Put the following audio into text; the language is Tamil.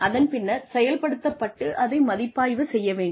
அதன் பின்னர் செயல்படுத்தப்பட்டு அதை மதிப்பாய்வு செய்ய வேண்டும்